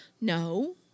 No